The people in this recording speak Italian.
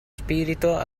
spirito